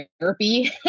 therapy